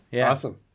Awesome